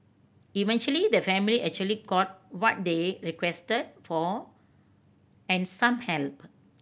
eventually the family actually got what they requested for and some help